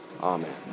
Amen